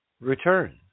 return